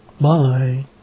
Bye